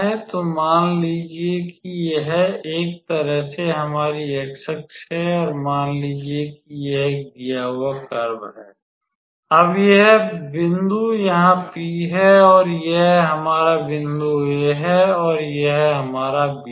तो मान लीजिए कि यह एक तरह से हमारी x अक्ष है और मान लीजिए कि यह एक दिया हुआ कर्व है अब यह बिंदु यहाँ P है और यह हमारा बिंदु A है और यह हमारा B है